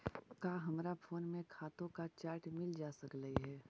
का हमरा फोन में खातों का चार्ट मिल जा सकलई हे